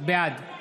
בעד נעמה